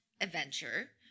Adventure